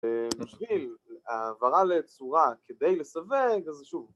בשביל העברה לצורה כדי לסווג אז שוב